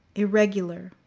irregular,